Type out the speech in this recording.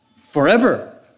Forever